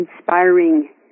inspiring